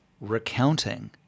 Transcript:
recounting